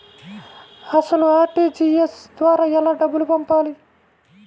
అసలు అర్.టీ.జీ.ఎస్ ద్వారా ఎలా డబ్బులు పంపాలి?